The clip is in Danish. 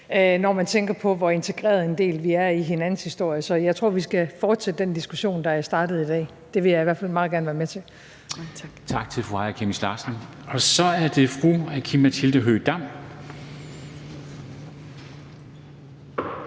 når man tænker på, hvor integreret en del vi er i hinandens historie. Så jeg tror, at vi skal fortsætte den diskussion, der er startet i dag. Det vil jeg i hvert fald meget gerne være med til. Kl. 13:12 Formanden (Henrik Dam Kristensen): Tak til fru Aaja